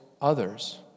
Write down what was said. others